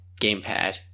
gamepad